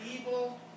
evil